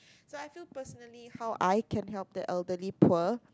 so I feel personally how I can help the elderly poor